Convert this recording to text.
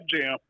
Jam